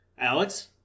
Alex